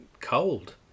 cold